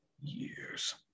years